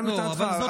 גם לטענתך,